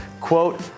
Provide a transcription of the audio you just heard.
quote